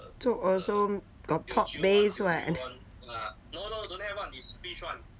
zhouk also got pork base [what]